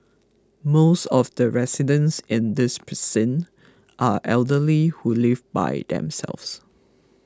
most of the residents in this precinct are elderly who live by themselves